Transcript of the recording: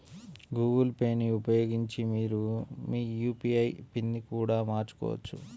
Google Pay ని ఉపయోగించి మీరు మీ యూ.పీ.ఐ పిన్ని కూడా మార్చుకోవచ్చు